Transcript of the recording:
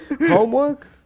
Homework